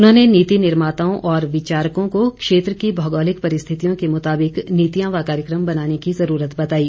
उन्होंने नीति निर्माताओं और विचारकों को क्षेत्र की भौगोलिक परिस्थितियों के मुताबिक नीतियां व कार्यक्रम बनाने की जरूरत बताई